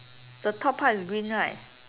the top part is green right